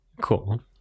cool